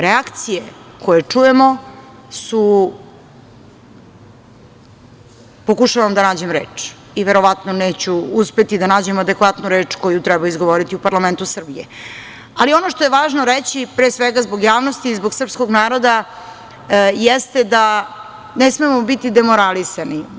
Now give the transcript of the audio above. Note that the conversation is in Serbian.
Reakcije koje čujemo su, pokušavam da nađem reč, i verovatno neću uspeti da nađem adekvatnu reč koju treba izgovoriti u parlamentu Srbije, ali ono što je važno reći pre svega zbog javnosti i zbog srpskog naroda jeste da ne smemo biti demoralisani.